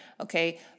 Okay